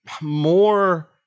more